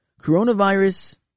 Coronavirus